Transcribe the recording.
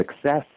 success